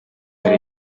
aka